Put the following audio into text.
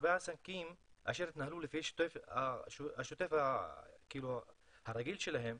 להרבה עסקים שהתנהלו לפי השוטף הרגיל שלהם,